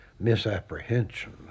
misapprehension